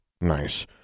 Nice